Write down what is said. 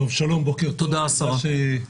תודה, השרה.